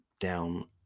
down